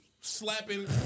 slapping